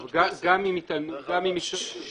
גם אם ייקבע,